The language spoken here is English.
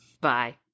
bye